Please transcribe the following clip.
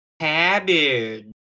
cabbage